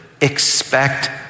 expect